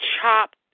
chopped